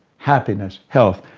happiness, health,